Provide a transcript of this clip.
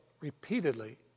repeatedly